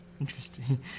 interesting